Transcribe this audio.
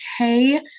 okay